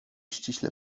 ściśle